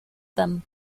them